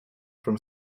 from